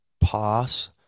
pass